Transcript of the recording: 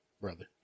brother